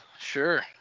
sure